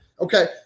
Okay